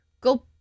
Go